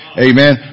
Amen